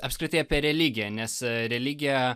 apskritai apie religiją nes e religija